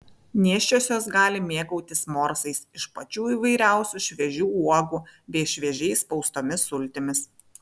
nėščiosios gali mėgautis morsais iš pačių įvairiausių šviežių uogų bei šviežiai spaustomis sultimis